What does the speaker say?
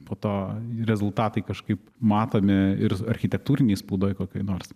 po to rezultatai kažkaip matomi ir architektūrinėj spaudoj kokioj nors